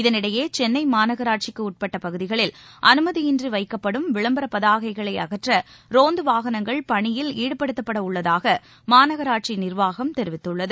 இதனிடையே சென்னைமாநகராட்சிக்குஉட்பட்டபகுதிகளில் அனுமதியின்றிவைக்கப்படும் விளம்பரபதாகைகளைஅகற்றரோந்துவாகனங்கள் பணியில் ஈடுபடுத்தப்படஉள்ளதாகமாநகராட்சிநிர்வாகம் தெரிவித்துள்ளது